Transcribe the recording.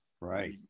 Right